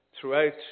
throughout